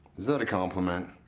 is that a compliment?